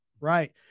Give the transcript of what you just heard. right